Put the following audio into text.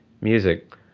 music